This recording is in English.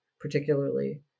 particularly